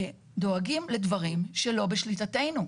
דואגים לדברים שלא בשליטתנו.